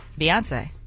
Beyonce